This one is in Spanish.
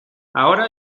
ahora